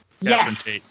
Yes